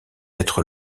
être